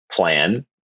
plan